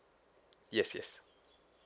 yes yes